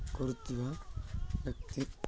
କରୁଥିବା ବ୍ୟକ୍ତି